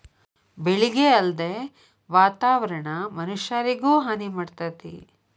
ಬೆಳಿಗೆ ಅಲ್ಲದ ವಾತಾವರಣಾ ಮನಷ್ಯಾರಿಗು ಹಾನಿ ಮಾಡ್ತತಿ